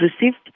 received